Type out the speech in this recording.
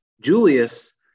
Julius